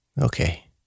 Okay